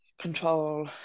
control